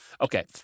okay